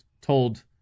told